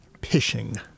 pishing